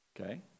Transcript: Okay